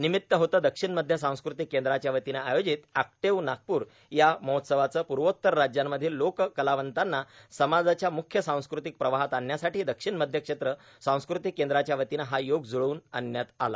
निमित्त होते दक्षिण मध्य सांस्कृतिक केंद्राच्यावतीनं आयोजित ऑक्टेव्ह नागपूर या महोत्सवाचं पूर्वोत्तर राज्यांमधील लोककलावंतांना समाजाच्या मुख्य सांस्कृतिक प्रवाहात आणण्यासाठी दक्षिण मध्य क्षेत्र सांस्कृतिक केंद्राच्यावतीनं हा योग ज्रळवून आणण्यात आला